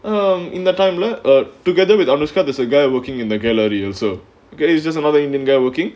I'm in that time lah or together with anushka there's a guy working in the gallery also okay he's just another indian guy working